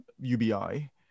ubi